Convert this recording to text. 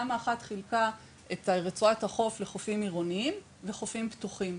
תמ"א1 חילקה את רצועת החוף לחופים עירוניים וחופים פתוחים,